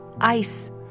ice